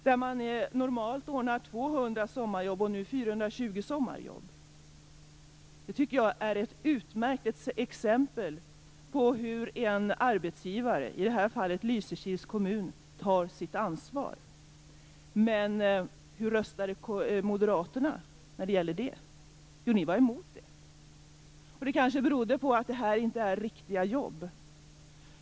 Där man normalt ordnar 200 sommarjobb ordnas nu 420 sommarjobb. Det tycker jag är ett utmärkt exempel på hur en arbetsgivare, i det här fallet Lysekils kommun, tar ett ansvar. Men hur röstade moderaterna när det gällde detta? Jo, ni var emot det. Det kanske berodde på att det här inte är riktiga jobb.